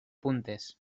puntes